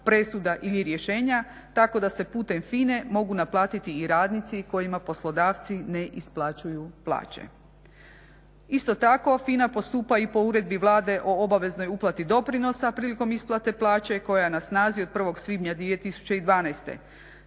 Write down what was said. presuda ili rješenja tako da se putem FINA-e mogu naplatiti i radnici kojima poslodavci ne isplaćuju plaće. Isto tako FINA postupa i po Uredbi Vlade o obaveznoj uplati doprinosa prilikom isplate plaće koja je na snazi od 1. svibnja 2012.